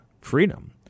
freedom